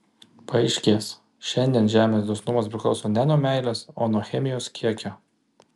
paaiškės šiandien žemės dosnumas priklauso ne nuo meilės o nuo chemijos kiekio